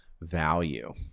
value